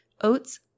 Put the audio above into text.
oats